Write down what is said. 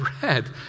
bread